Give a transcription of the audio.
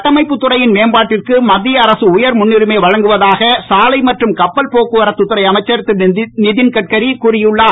கட்டமைப்புத் துறையின் மேம்பாட்டிற்கு மத்திய அரசு வழங்குவதாக சாலை மற்றும் கப்பல் போக்குவரத்துத் துறை அமைச்சர் திருநிதன் கட்காரி கூறியுள்ளார்